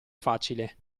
facile